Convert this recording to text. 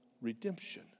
redemption